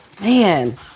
man